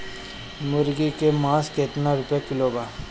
मुर्गी के मांस केतना रुपया किलो बा?